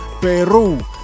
Peru